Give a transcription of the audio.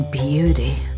Beauty